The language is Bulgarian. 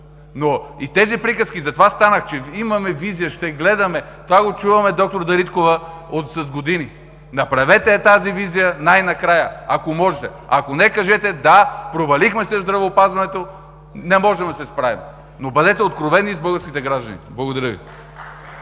Но и тези приказки – че имаме визия, ще гледаме, това го чуваме, д-р Дариткова, с години. Направете я тази визия най-накрая, ако можете. Ако не, кажете: да, провалихме се в здравеопазването, не можем да се справим, но бъдете откровени с българските граждани. Благодаря Ви.